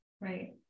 Right